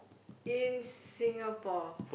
in Singapore